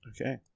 Okay